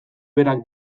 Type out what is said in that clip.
berak